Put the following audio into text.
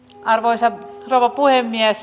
arvoisa rouva puhemies